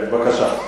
בבקשה.